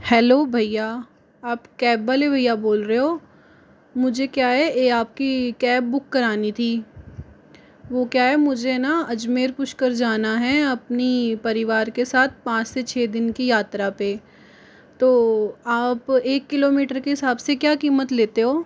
hello भइया आप cab वाले भइया बोल रहे हो मुझे क्या है ये आपकी कैब बुक करानी थी वो क्या है मुझे ना अजमेर पुष्कर जाना है अपनी परिवार के साथ पाँच से छः दिन की यात्रा पे तो आप एक किलोमीटर के हिसाब से क्या कीमत लेते हो